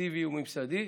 מסיבי וממסדי מסין.